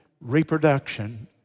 reproduction